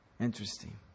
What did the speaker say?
Interesting